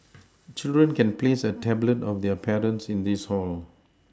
children can place a tablet of their parents in this hall